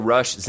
Rush